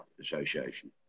Association